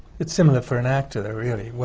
it's similar for an actor, though, really.